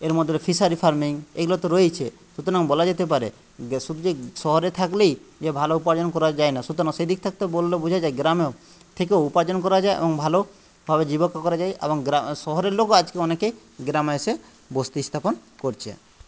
এর মধ্যে হলো ফিশারি ফারমিং এগুলো তো রয়েইছে সুতরাং বলা যেতে পারে যে শুধু যে শহরে থাকলেই যে ভালো উপার্জন করা যায় না সুতরাং সেই দিক থাকতে বললে বোঝা যায় গ্রামেও থেকেও উপার্জন করা যায় এবং ভালোভাবে জীবিকা করা যায় এবং শহরের লোকও আজকে অনেকে গ্রামে এসে বস্তি স্থাপন করছে